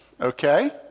okay